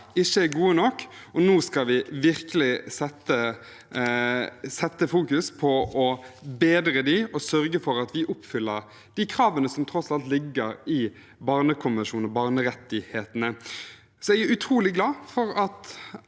ikke er gode nok. Nå skal vi virkelig fokusere på å bedre dem og sørge for at vi oppfyller de kravene som tross alt ligger i Barnekonvensjonen og Barnerettighetene. Jeg er utrolig glad for at